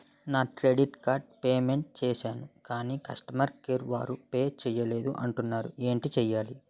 నా credit card payment చేసాను కాని కస్టమర్ కేర్ వారు పే చేయలేదు అంటున్నారు ఏంటి చేయాలి?